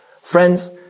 Friends